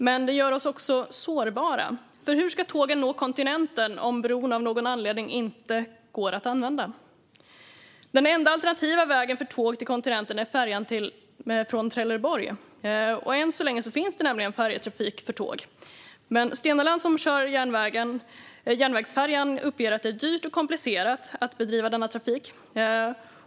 Men den gör oss också sårbara, för hur ska tågen nå kontinenten om bron av någon anledning inte går att använda? Den enda alternativa vägen för tåg till kontinenten är färjan från Trelleborg. Än så länge finns det nämligen färjetrafik för tåg, men Stena Line som kör järnvägsfärjan uppger att det är dyrt och komplicerat att bedriva denna trafik.